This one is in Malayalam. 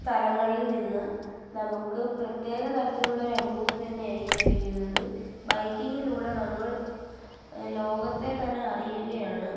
സ്ഥലങ്ങളിൽ നിന്നും നമുക്ക് പ്രത്യേക തരത്തിലുള്ളൊരു അനുഭൂതി തന്നെയായിരിക്കും ലഭിക്കുന്നത് ബൈക്കിങ്ങിലൂടെ നമ്മൾ ലോകത്തെ തന്നെ അറിയുകയാണ്